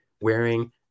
wearing